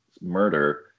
murder